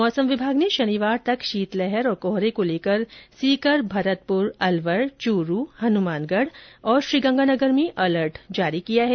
मौसम विभाग ने शनिवार तक शीतलहर और कोहरे को लेकर सीकर भरतपुर अलवर चूरू हनुमानगढ़ श्रीगंगानगर में अलर्ट जारी किया है